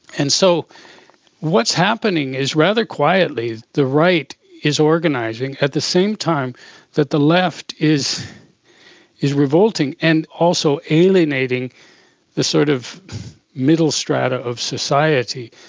and so what's happening is rather quietly the right is organising at the same time that the left is is revolting and also alienating the sort of middle strata of society.